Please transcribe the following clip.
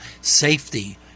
safety